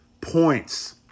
points